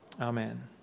Amen